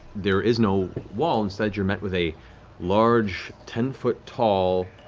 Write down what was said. there is no wall. instead, you're met with a large, ten foot tall,